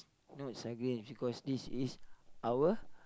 no it's ugly and is because this is our